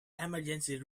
emergency